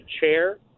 chair